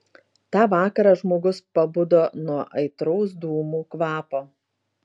tą vakarą žmogus pabudo nuo aitraus dūmų kvapo